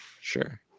Sure